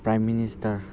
prime minister